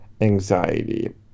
anxiety